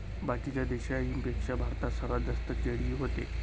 बाकीच्या देशाइंपेक्षा भारतात सर्वात जास्त केळी व्हते